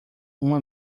uma